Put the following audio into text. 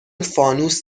فانوس